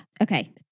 Okay